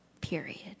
period